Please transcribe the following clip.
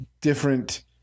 different